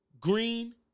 Green